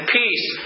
peace